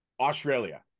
australia